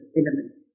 elements